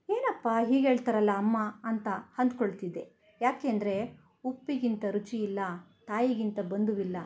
ಏನಪ್ಪ ಹೀಗೆ ಹೇಳ್ತಾರಲ್ಲ ಅಮ್ಮ ಅಂತ ಅಂದ್ಕೊಳ್ತಿದ್ದೆ ಏಕೆ ಅಂದರೆ ಉಪ್ಪಿಗಿಂತ ರುಚಿಯಿಲ್ಲ ತಾಯಿಗಿಂತ ಬಂಧುವಿಲ್ಲ